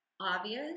obvious